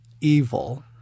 evil